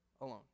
alone